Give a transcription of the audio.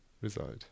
result